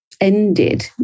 ended